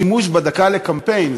מהשימוש בדקה לקמפיין.